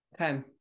Okay